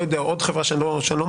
לא יודע עוד חברה שאני לא מכיר,